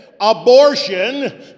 abortion